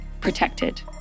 protected